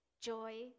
Joy